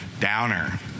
downer